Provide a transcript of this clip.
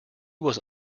was